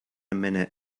minute